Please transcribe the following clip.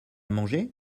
manger